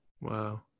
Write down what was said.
Wow